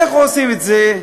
איך עושים את זה?